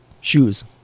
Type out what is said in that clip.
shoes